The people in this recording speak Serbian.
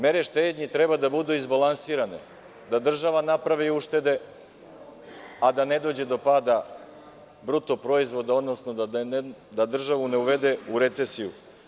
Mere štednje treba da budu izbalansirane, da država napravi uštede, a da ne dođe do pada bruto proizvoda, odnosno da državu ne uvede u recesiju.